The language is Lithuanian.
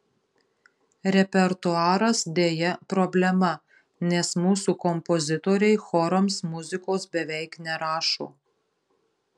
repertuaras deja problema nes mūsų kompozitoriai chorams muzikos beveik nerašo